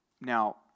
now